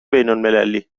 بینالمللی